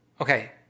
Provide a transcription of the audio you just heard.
okay